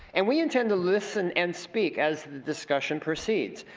and we intend to listen and speak as the discussion proceeds.